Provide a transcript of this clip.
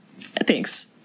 thanks